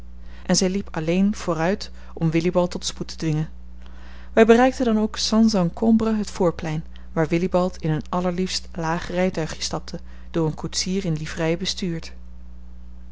en zij liep alleen vooruit om willibald tot spoed te dwingen wij bereikten dan ook sans encombre het voorplein waar willibald in een allerliefst laag rijtuigje stapte door een koetsier in livrei bestuurd